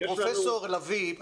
פרופ' לביא,